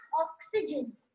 oxygen